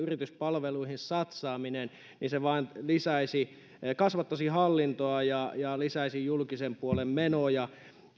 ja yrityspalveluihin satsaaminen vain kasvattaisi hallintoa ja ja lisäisi julkisen puolen menoja